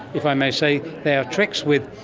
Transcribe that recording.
if i may say, they are tricks with,